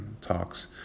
talks